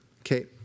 Okay